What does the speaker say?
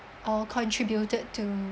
all contributed to